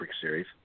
series